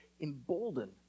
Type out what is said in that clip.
embolden